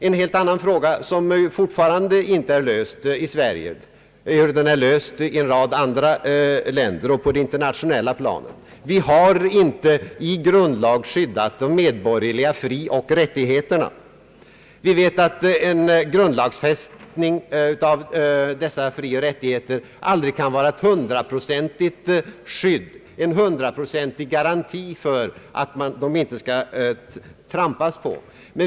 En helt annan fråga, som fortfarande inte är löst i Sverige, ehuru den är löst i en rad andra länder och på det internationella planet, är att vi inte i grundlag skyddat de medborgerliga frioch rättigheterna. En grundlagsfästning av dessa frioch rättigheter kan visserligen aldrig vara en hundraprocentig garanti för att de inte skall trampas på.